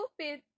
stupid